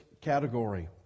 category